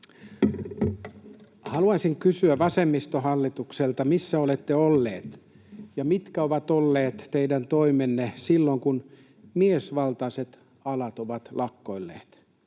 Haluaisin kysyä vasemmistohallitukselta, missä olette olleet ja mitkä ovat olleet teidän toimenne silloin, kun miesvaltaiset alat ovat lakkoilleet,